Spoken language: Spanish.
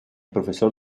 profesor